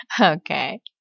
Okay